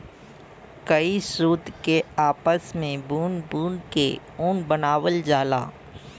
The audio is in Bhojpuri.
कई सूत के आपस मे बुन बुन के ऊन बनावल जाला